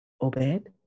Obed